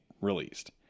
released